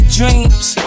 dreams